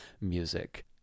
music